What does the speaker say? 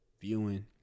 viewing